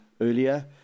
earlier